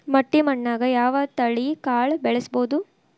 ಮಟ್ಟಿ ಮಣ್ಣಾಗ್, ಯಾವ ತಳಿ ಕಾಳ ಬೆಳ್ಸಬೋದು?